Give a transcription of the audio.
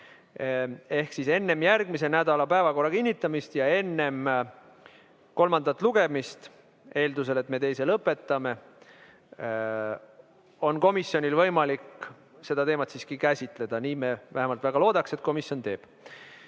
Ehk siis enne järgmise nädala päevakorra kinnitamist ja enne kolmandat lugemist, eeldusel, et me teise lõpetame, on komisjonil võimalik seda teemat käsitleda. Me vähemalt väga loodame, et komisjon seda